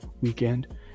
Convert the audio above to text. weekend